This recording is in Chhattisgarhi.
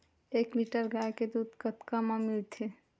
एक लीटर गाय के दुध कतका म मिलथे?